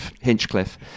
Hinchcliffe